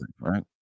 Right